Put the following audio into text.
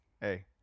Hey